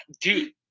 dude